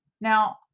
Now